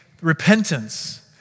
repentance